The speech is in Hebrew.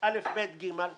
והיא א', ב', ג'.